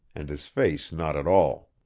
and his face not at all.